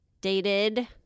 dated